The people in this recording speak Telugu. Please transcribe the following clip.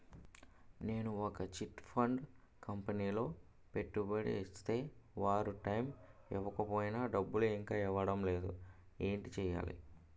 నేను ఒక చిట్ ఫండ్ కంపెనీలో పెట్టుబడి చేస్తే వారు టైమ్ ఇవ్వకపోయినా డబ్బు ఇంకా ఇవ్వడం లేదు ఏంటి చేయాలి?